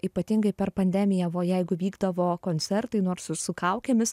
ypatingai per pandemiją jeigu vykdavo koncertai nors ir su kaukėmis